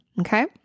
Okay